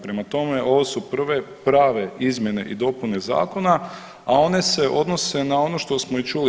Prema tome, ovo su prve prave izmjene i dopune Zakona, a one se odnose na ono što smo i čuli.